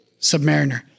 Submariner